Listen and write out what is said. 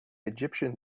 egyptian